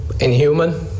inhuman